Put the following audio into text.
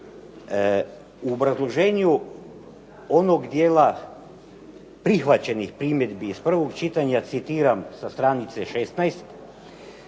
U obrazloženju onog dijela prihvaćenih primjedbi iz prvog čitanja citiran sa stranice 16.: